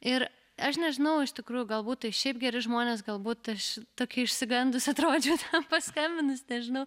ir aš nežinau iš tikrųjų galbūt tai šiaip geri žmonės galbūt aš tokia išsigandusi atrodžiau paskambinusi nežinau